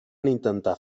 intentar